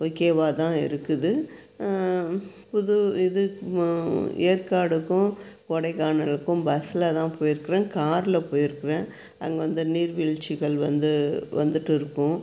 ஓகேவாதான் இருக்குது புது இது ம ஏற்காடுக்கும் கொடைக்கானலுக்கும் பஸ்லதான் போயிருக்கிறேன் கார்ல போயிருக்கிறேன் அங்கே வந்து நீர் வீழ்ச்சிகள் வந்து வந்துட்டு இருக்கும்